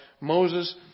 Moses